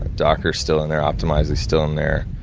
docker's still in there, optimizely's still in there.